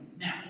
Now